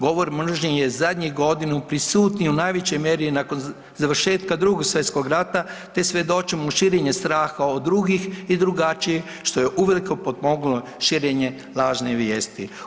Govor mržnje je zadnjih godinu prisutniji u najvećoj mjeri nakon završetka Drugog svjetskog rata te svjedočimo širenje straha od drugih i drugačijih što je uveliko potpomognulo širenje lažne vijesti.